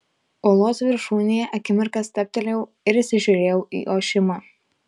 uolos viršūnėje akimirką stabtelėjau ir įsižiūrėjau į ošimą